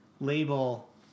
label